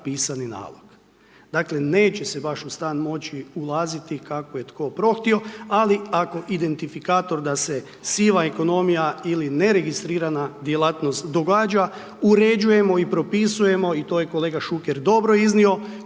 pisani nalog. Dakle, neće se baš u stan moći ulaziti kako je tko prohtio, ali ako identifikator da se siva ekonomija ili neregistrirana djelatnost događa, uređujemo i propisujemo i to je kolega Šuker dobro iznio,